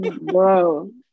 Bro